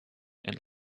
and